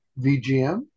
VGM